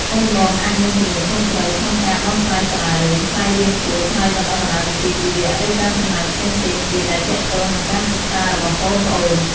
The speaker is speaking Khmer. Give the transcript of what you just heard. កូនបងអាចមានទំនួលខុសត្រូវក្នុងការបង់ថ្លៃសាលារៀន ថ្លៃរៀនគួរ ថ្លៃបណ្ដុះបណ្ដាលវិជ្ជាជីវៈ ឬការចំណាយផ្សេងៗទៀតដែលទាក់ទងនឹងការសិក្សារបស់ប្អូនៗ។